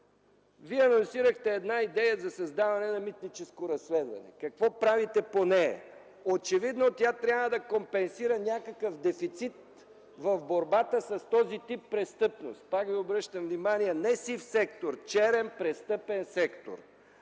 Вие анонсирахте идея за създаване на митническо разследване, какво правите по нея? Очевидно тя трябва да компенсира някакъв дефицит в борбата с този тип престъпност. Пак Ви обръщам внимание, не сив сектор, черен, престъпен сектор,